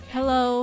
Hello